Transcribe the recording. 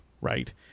right